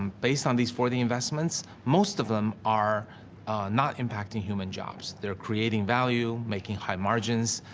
um based on these forty investments, most of them are not impacting human jobs. they're creating value, making high margins,